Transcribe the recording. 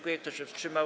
Kto się wstrzymał?